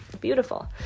Beautiful